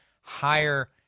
higher